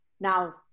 now